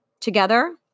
together